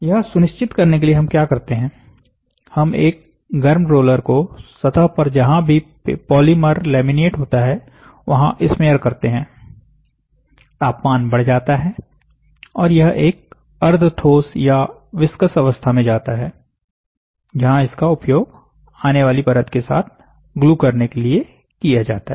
यह सुनिश्चित करने के लिए हम क्या करते हैं हम एक गर्म रोलर को सतह पर जहां भी पॉलीमर लैमिनेट होता है वहां स्मीयर करते हैं तापमान बढ़ जाता है और यह एक अर्ध ठोस या विस्कस अवस्था में जाता है जहां इसका उपयोग आने वाली परत के साथ ग्लू करने के लिए किया जाता है